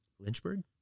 Lynchburg